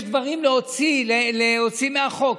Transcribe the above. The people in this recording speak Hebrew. יש דברים להוציא מהחוק,